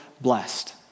blessed